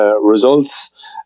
results